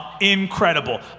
Incredible